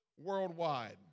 worldwide